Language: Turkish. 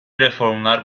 reformlar